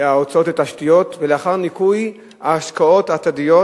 ההוצאות לתשתיות ולאחר ניכוי ההשקעות העתידיות,